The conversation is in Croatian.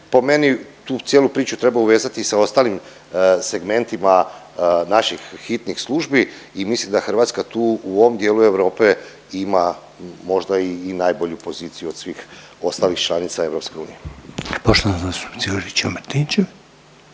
po meni tu cijelu priču treba uvezati i sa ostalim segmentima naših hitnih službi i mislim da Hrvatska tu u ovom dijelu Europe ima možda i najbolju poziciju od svih ostalih članica EU. **Reiner, Željko (HDZ)** Poštovana zastupnica